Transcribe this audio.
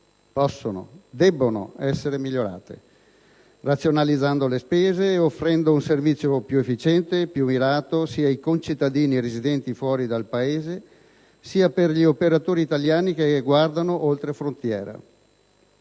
possano e debbano essere migliorate, razionalizzando le spese e offrendo un servizio più efficiente e più mirato sia per i concittadini residenti fuori dal Paese sia per gli operatori italiani che guardano oltre frontiera.